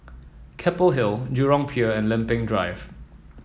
Keppel Hill Jurong Pier and Lempeng Drive